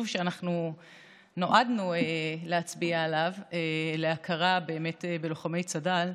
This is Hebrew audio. שאנחנו נועדנו להצביע עליו להכרה בלוחמי צד"ל,